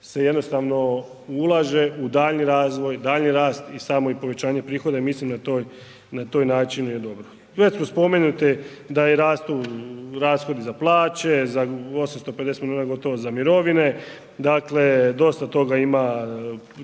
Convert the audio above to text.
se jednostavno ulaže u daljnji razvoj, daljnji rast i samo povećanje prihoda i mislim da je taj način je dobro. Već smo spomenuti da rastu rashodi za plaće, za 850 milijuna gotovo za mirovine, dakle, dosta toga ima,